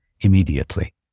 immediately